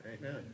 Amen